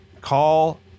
call